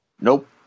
Nope